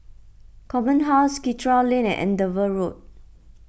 Command House Karikal Lane and Andover Road